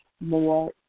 more